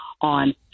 on